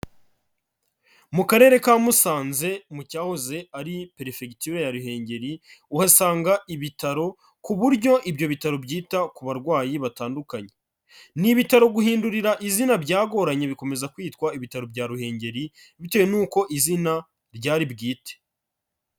Mu karere ka Musanze mu cyahoze ari Perefegitura ya Ruhengeri, uhasanga ibitaro ku buryo ibyo bitaro byita ku barwayi batandukanye. Ni ibitaro guhindurira izina byagoranye bikomeza kwitwa Ibitaro bya Ruhengeri bitewe n'uko izina ryari bwite.